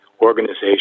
organization